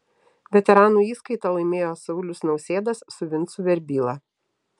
veteranų įskaitą laimėjo saulius nausėdas su vincu verbyla